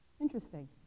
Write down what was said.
Interesting